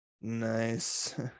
Nice